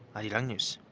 arirang news.